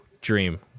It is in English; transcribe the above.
Dream